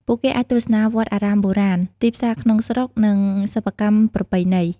ពួកគេអាចទស្សនាវត្តអារាមបុរាណ ទីផ្សារក្នុងស្រុក និងសិប្បកម្មប្រពៃណី។